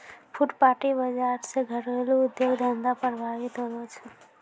फुटपाटी बाजार से घरेलू उद्योग धंधा प्रभावित होलो छै